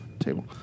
table